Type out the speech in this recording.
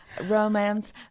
romance